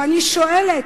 ואני שואלת: